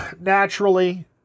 Naturally